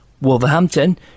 Wolverhampton